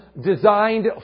designed